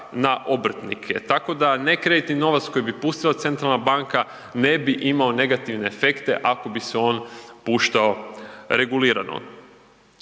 na obrtnike. Tako da ne kreditni novac koji bi pustila centralna banka ne bi imao negativne efekte ako bi se on puštao regulirano.